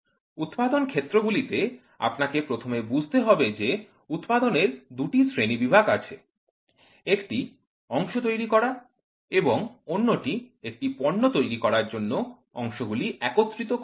উৎপাদন ক্ষেত্র গুলিতে আপনাকে প্রথমে বুঝতে হবে যে উৎপাদনের দুটি শ্রেণীবিভাগ আছে একটি অংশ তৈরি করা এবং অন্যটি একটি পণ্য তৈরির জন্য অংশগুলি একত্রিত করা